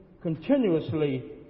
continuously